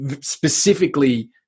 specifically